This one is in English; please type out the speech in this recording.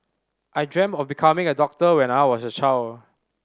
I dreamt of becoming a doctor when I was a child